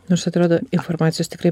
nors atrodo informacijos tikrai